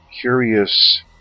curious